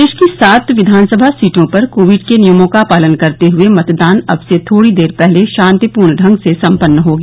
प्रदेश की सात विधानसभा सीटों पर कोविड के नियमों का पालन करते हुये मतदान अब से थोड़ी देर पहले शान्तिपूर्ण ढंग से सम्पन्न हो गया